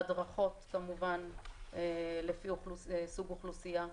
הדרכות כמובן לפי סוג אוכלוסייה,